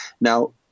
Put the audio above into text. Now